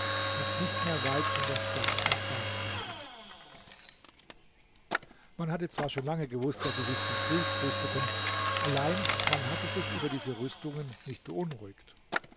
und nicht mehr weit von der stadt entfernt wären man hatte zwar schon lange gewußt daß sie sich zum krieg rüsteten allein man hatte sich über diese rüstungen nicht beunruhigt